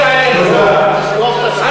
תודה.